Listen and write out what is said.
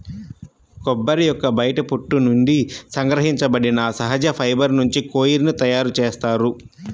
కొబ్బరి యొక్క బయటి పొట్టు నుండి సంగ్రహించబడిన సహజ ఫైబర్ నుంచి కోయిర్ ని తయారు చేస్తారు